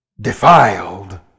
defiled